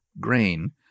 grain